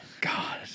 God